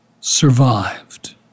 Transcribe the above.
survived